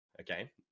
okay